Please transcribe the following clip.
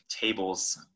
tables